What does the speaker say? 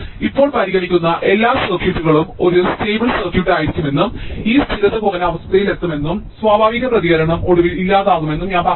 ഇപ്പോൾ പരിഗണിക്കുന്ന എല്ലാ സർക്യൂട്ടും ഒരു സ്റ്റേബിൾ സർക്യൂട്ടായിരിക്കുമെന്നും ഈ സ്ഥിരത കുറഞ്ഞ അവസ്ഥയിലെത്തുമെന്നും സ്വാഭാവിക പ്രതികരണം ഒടുവിൽ ഇല്ലാതാകുമെന്നും ഞാൻ പറഞ്ഞു